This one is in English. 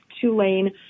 Tulane